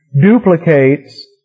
duplicates